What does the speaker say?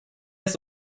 ist